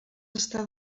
està